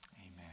amen